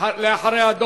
אחריה,